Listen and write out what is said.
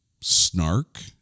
snark